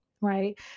right